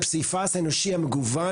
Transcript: זאת אומרת לאו דווקא לא רק מפגשים ונפגש